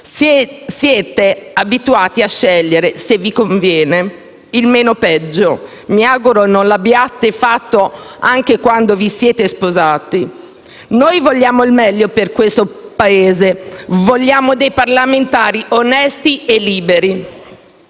Siete abituati a scegliere, se vi conviene, il meno peggio. Mi auguro non lo abbiate fatto anche quando vi siete sposati. Noi vogliamo il meglio per questo Paese, vogliamo dei parlamentari onesti e liberi.